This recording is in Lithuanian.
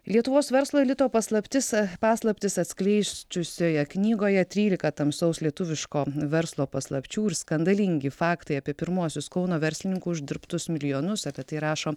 lietuvos verslo elito paslaptis paslaptis atskleisčiusioje knygoje trylika tamsaus lietuviško verslo paslapčių ir skandalingi faktai apie pirmuosius kauno verslininkų uždirbtus milijonus apie tai rašo